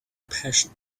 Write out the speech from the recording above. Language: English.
passion